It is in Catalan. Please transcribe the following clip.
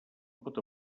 pot